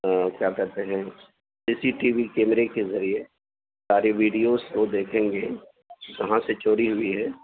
کیا کہتے ہیں سی سی ٹی وی کیمرے کے ذریعہ ساری ویڈیوز کو دیکھیں گے کہاں سے چوری ہوئی ہے